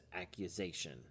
accusation